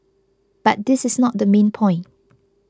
but this is not the main point